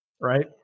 right